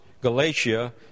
Galatia